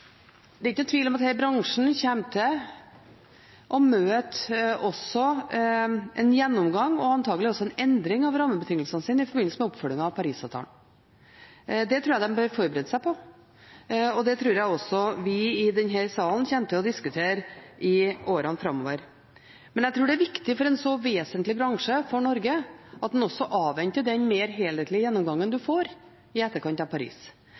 antagelig også en endring av rammebetingelsene sine i forbindelse med oppfølgingen av Paris-avtalen. Det tror jeg de bør forberede seg på, og det tror jeg også vi i denne salen kommer til å diskutere i årene framover. Men jeg tror det er viktig for en for Norge så vesentlig bransje at man også avventer den mer helhetlige gjennomgangen man får i etterkant av Paris.